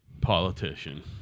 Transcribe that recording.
politician